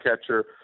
catcher